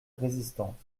résistance